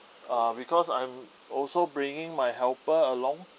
uh because I'm also bringing my helper along